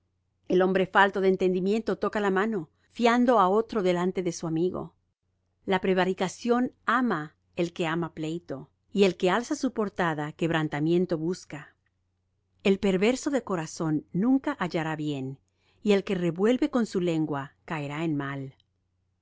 el hombre falto de entendimiento toca la mano fiando á otro delante de su amigo la prevaricación ama el que ama pleito y el que alza su portada quebrantamiento busca el perverso de corazón nunca hallará bien y el que revuelve con su lengua caerá en mal